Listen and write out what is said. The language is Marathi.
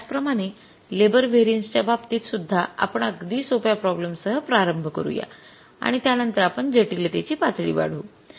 तर त्याचप्रमाणे लेबर व्हेरियन्सच्या बाबतीत सुद्धा आपण अगदी सोप्या प्रॉब्लेमसह प्रारंभ करूया आणि त्यानंतर आपण जटिलतेची पातळी वाढवू